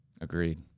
Agreed